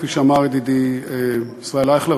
כפי שאמר ידידי ישראל אייכלר,